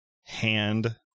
hand